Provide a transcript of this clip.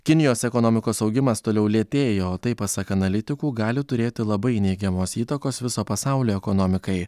kinijos ekonomikos augimas toliau lėtėjo tai pasak analitikų gali turėti labai neigiamos įtakos viso pasaulio ekonomikai